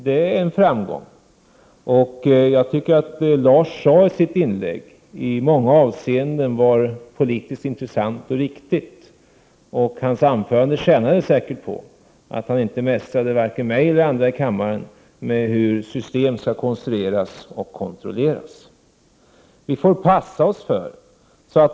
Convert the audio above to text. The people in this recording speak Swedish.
Det är en framgång. Jag tycker att det som Larz Johansson sade i sitt inlägg i många avseenden är politiskt intressant och riktigt. Anförandet tjänar säkert på att Larz Johansson inte mästrat vare sig mig eller andra i kammaren med tal om hur system skall konstrueras eller kontrolleras. Vi får passa oss.